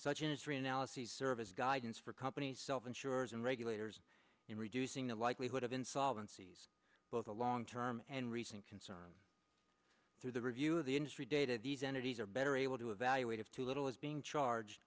such industry analyses service guidance for companies self insurers and regulators in reducing the likelihood of insolvencies both the long term and recent concerns through the review of the industry data these entities are better able to evaluate of too little is being charged